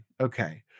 Okay